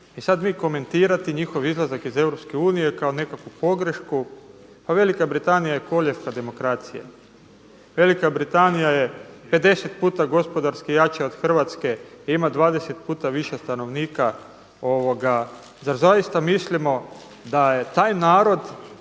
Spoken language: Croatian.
i sada mi komentirati njihov izlazak iz Europske unije kao nekakvu pogrešku. Pa Velika Britanija je kolijevka demokracije. Velika Britanija je 50 puta gospodarski jača od Hrvatske. Ima 20 puta više stanovnika. Zar zaista mislimo da je taj narod